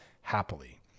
happily